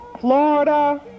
Florida